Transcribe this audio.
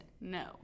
no